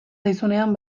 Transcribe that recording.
zaizunean